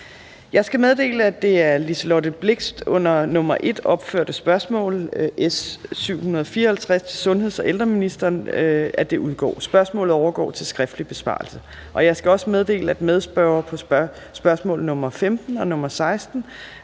Jeg skal meddele, at det af Liselott Blixt under nr. 8 opførte spørgsmål, S 754, til sundheds- og ældreministeren udgår. Spørgsmålet overgår til skriftlig besvarelse. Jeg skal meddele, at medspørger på spørgsmål nr. 15 og nr. 16,